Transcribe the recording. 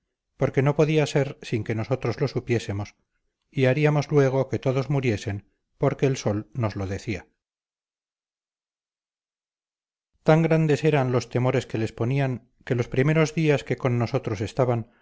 porque no podía ser sin que nosotros lo supiésemos y haríamos luego que todos muriesen porque el sol nos lo decía tan grandes eran los temores que les ponían que los primeros días que con nosotros estaban